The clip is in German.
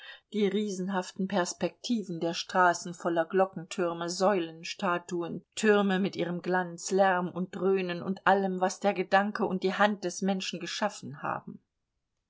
die riesenhaften perspektiven der straßen voller glockentürme säulen statuen türme mit ihrem glanz lärm und dröhnen und allem was der gedanke und die hand des menschen geschaffen haben